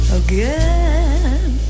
again